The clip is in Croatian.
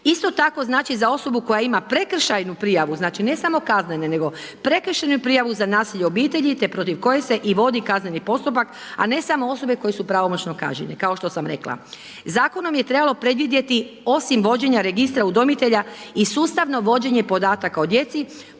Isto tako, znači, za osobu koja ima prekršajnu prijavu, znači, ne samo kaznene, nego prekršajnu prijavu za nasilje u obitelji, te protiv koje se i vodi kazneni postupak, a ne samo osobe koje su pravomoćno kažnjene, kao što sam rekla. Zakonom je trebalo predvidjeti osim vođenja registra udomitelja i sustavno vođenje podataka o djeci,